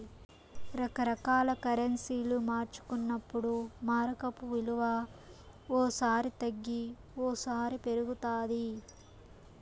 రకరకాల కరెన్సీలు మార్చుకున్నప్పుడు మారకపు విలువ ఓ సారి తగ్గి ఓసారి పెరుగుతాది